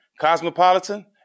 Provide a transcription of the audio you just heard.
Cosmopolitan